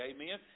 Amen